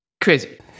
crazy